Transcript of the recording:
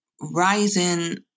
rising